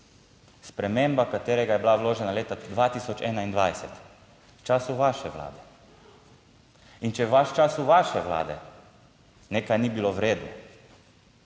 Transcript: sprememba katerega je bila vložena leta 2021, v času vaše Vlade. In če vas v času vaše vlade nekaj ni bilo v redu,